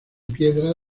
piedra